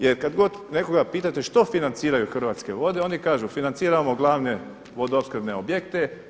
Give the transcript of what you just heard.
Jer kad god nekoga pitate što financiraju Hrvatske vode, oni kažu financiramo glavne vodoopskrbne objekte.